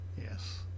Yes